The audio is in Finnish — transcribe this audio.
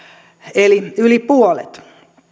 eli yli puolet